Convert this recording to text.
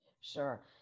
Sure